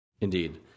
Indeed